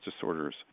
disorders